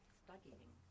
studying